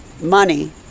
money